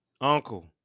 uncle